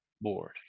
board